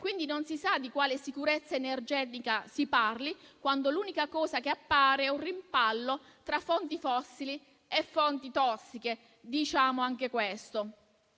si sa pertanto di quale sicurezza energetica si parli, quando l'unica cosa che appare è un rimpallo tra fonti fossili e fonti tossiche. Per tutte queste